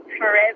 forever